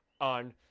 on